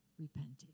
repented